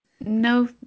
no